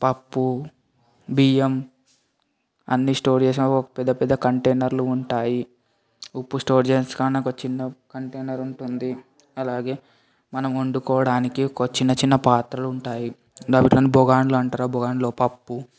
పప్పు బియ్యం అన్నీ స్టోర్ చేసుకోడానికి ఒక పెద్ద పెద్ద కంటైనర్లు ఉంటాయి ఉప్పు స్టోర్ చేసుకోడానికి ఒక చిన్న కంటైనర్ ఉంటుంది అలాగే మనమొండుకోడానికి కొత్త చిన్న చిన్న పాత్రలుంటాయి దబరలను భగోన్లుంటాయి ఆ భగోన్లలో పప్పు